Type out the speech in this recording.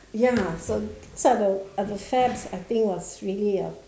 ya so these are the are the fads I think was really a